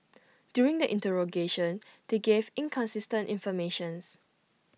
during the interrogation they gave inconsistent information